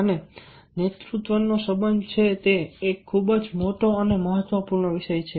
અને નેતૃત્વનો સંબંધ છે તે એક ખૂબ જ મોટો અને મહત્વપૂર્ણ વિષય છે